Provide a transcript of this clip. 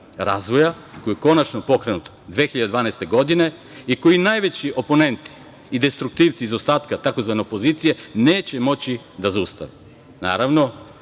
Razvoja koji je konačno pokrenut 2012. godine i koji najveći oponenti i destruktivci zaostatka tzv. opozicije neće moći da zaustave. Naravno,